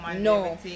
No